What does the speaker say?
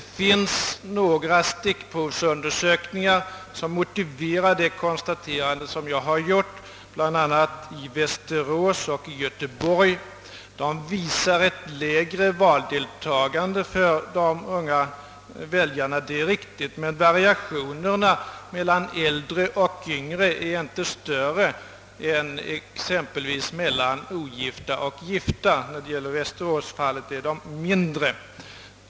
Det finns stickprovsundersökningar, bl.a. i Västerås och Göteborg, som motiverar det konstaterande som jag har gjort Dessa undersökningar visar ett lägre valdeltagande bland de unga väljarna — det är riktigt — men variationerna mellan äldre och yngre väljare är inte större än exempelvis mellan ogifta och gifta; västeråsundersökningarna visar att de är mindre.